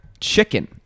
chicken